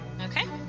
Okay